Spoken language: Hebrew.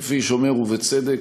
כפי שאומר בצדק